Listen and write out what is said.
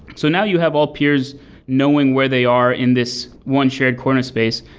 so now you have all peers knowing where they are in this one shared corner space,